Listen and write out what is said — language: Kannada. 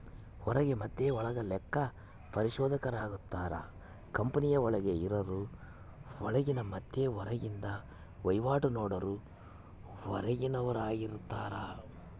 ಹೊರಗ ಮತೆ ಒಳಗ ಲೆಕ್ಕ ಪರಿಶೋಧಕರಿರುತ್ತಾರ, ಕಂಪನಿಯ ಒಳಗೆ ಇರರು ಒಳಗಿನ ಮತ್ತೆ ಹೊರಗಿಂದ ವಹಿವಾಟು ನೋಡರು ಹೊರಗಿನವರಾರ್ಗಿತಾರ